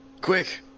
Quick